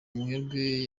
muherwe